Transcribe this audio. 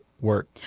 work